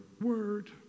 word